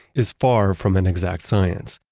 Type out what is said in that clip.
is far from an exact science.